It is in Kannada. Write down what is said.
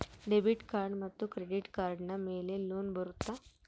ಡೆಬಿಟ್ ಮತ್ತು ಕ್ರೆಡಿಟ್ ಕಾರ್ಡಿನ ಮೇಲೆ ಲೋನ್ ಬರುತ್ತಾ?